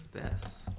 test